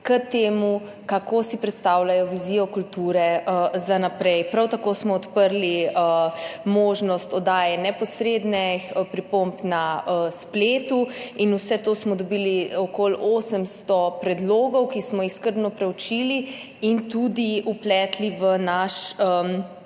povedo], kako si predstavljajo vizijo kulture za naprej. Prav tako smo odprli možnost oddaje neposrednih pripomb na spletu in tako smo dobili okoli 800 predlogov, ki smo jih skrbno preučili in tudi vpletli v naš